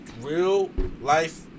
real-life